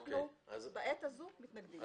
אנחנו בעת הזו מתנגדים לכך.